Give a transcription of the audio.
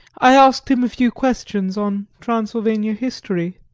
i asked him a few questions on transylvania history,